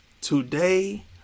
Today